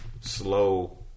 slow